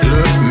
Look